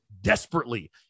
desperately